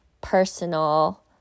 personal